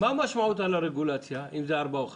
מה המשמעות על הרגולציה אם זה ארבע או חמש?